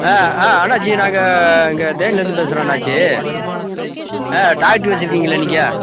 ஆ ஆ அண்ணாச்சி நாங்கள் இங்கே தேனியிலேருந்து பேசுகிறோம் அண்ணாச்சி ஆ ட்ராக்டர் வெச்சுருக்கீங்களா நீங்கள்